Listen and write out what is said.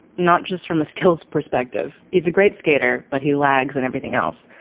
not just from a skills perspective. it's a great skater, but he lags and everything else.